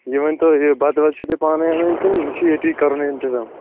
یہِ ؤنۍتو یہِ بَتہٕ وَتہٕ چھُو تُہۍ پانَے اَنان کِنہٕ یہِ چھِ ییٚتی کَرُن انتظام